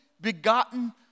begotten